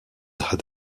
had